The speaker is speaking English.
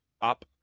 up